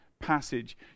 passage